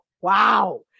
wow